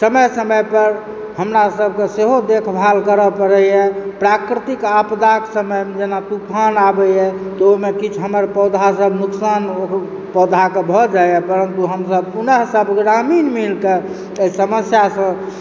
समय समय पर हमरासभक सेहो देखभाल करऽ पड़ैए प्राकृतिक आपदाक समयमऽ जेना तूफान आबैय तऽ ओहिमऽ किछु हमर पौधासभ नुकसान हो पौधाकऽ भऽ जाइए परन्तु हमसभ पुनः सभ ग्रामीण मिलकऽ एहि समस्यासँ